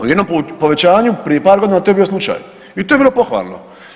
U jednom povećanju prije par godina to je bio slučaj i to je bilo pohvalno.